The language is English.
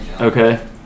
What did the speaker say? Okay